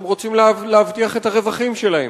הם רוצים להבטיח את הרווחים שלהם.